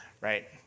right